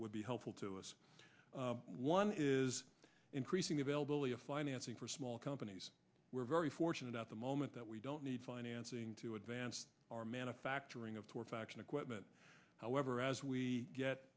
would be helpful to us one is increasing availability of financing for small companies we're very fortunate at the moment that we don't need financing to advance our manufacturing of torque faction equipment however as we get